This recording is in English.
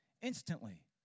instantly